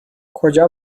کجا